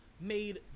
made